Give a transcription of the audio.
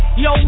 yo